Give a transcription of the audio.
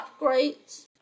upgrades